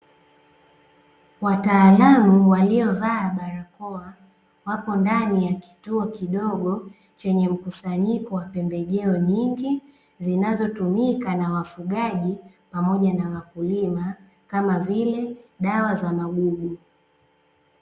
Wataalamu waliovaa barakoa wapo ndani ya kituo kidogo chenye mkusanyiko wa pembejeo nyingi zinazotumika na wafugaji pamoja na wakulima, kama vile dawa za magugu.